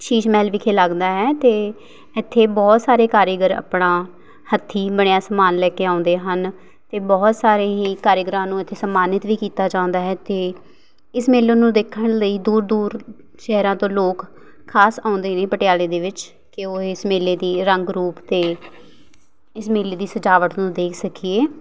ਸ਼ੀਸ਼ ਮਹਿਲ ਵਿਖੇ ਲੱਗਦਾ ਹੈ ਅਤੇ ਇੱਥੇ ਬਹੁਤ ਸਾਰੇ ਕਾਰੀਗਰ ਆਪਣਾ ਹੱਥੀਂ ਬਣਿਆ ਸਮਾਨ ਲੈ ਕੇ ਆਉਂਦੇ ਹਨ ਅਤੇ ਬਹੁਤ ਸਾਰੇ ਹੀ ਕਾਰੀਗਰਾਂ ਨੂੰ ਇੱਥੇ ਸਨਮਾਨਿਤ ਵੀ ਕੀਤਾ ਜਾਂਦਾ ਹੈ ਅਤੇ ਇਸ ਮੇਲੇ ਨੂੰ ਦੇਖਣ ਲਈ ਦੂਰ ਦੂਰ ਸ਼ਹਿਰਾਂ ਤੋਂ ਲੋਕ ਖਾਸ ਆਉਂਦੇ ਨੇ ਪਟਿਆਲੇ ਦੇ ਵਿੱਚ ਅਤੇ ਉਹ ਇਸ ਮੇਲੇ ਦੀ ਰੰਗ ਰੂਪ ਅਤੇ ਇਸ ਮੇਲੇ ਦੀ ਸਜਾਵਟ ਨੂੰ ਦੇਖ ਸਕੀਏ